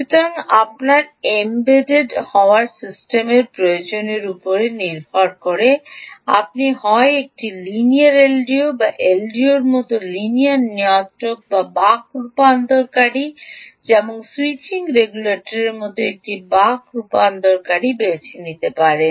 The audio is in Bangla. সুতরাং আপনার এমবেড হওয়া সিস্টেমের প্রয়োজনের উপর নির্ভর করে আপনি হয় একটি লিনিয়ার এলডিও বা এলডিওর মতো লিনিয়ার নিয়ন্ত্রক বা বাক রূপান্তরকারী যেমন সুইচিং রেগুলেটারের মতো একটি বাক রূপান্তরকারী বেছে নিতে পারেন